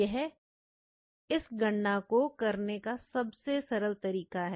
यह इस गणना को करने का सबसे सरल तरीका है